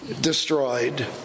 destroyed